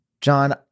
John